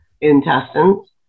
intestines